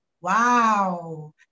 wow